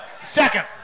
Second